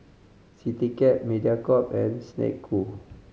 Citycab Mediacorp and Snek Ku